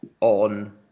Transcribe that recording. on